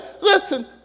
Listen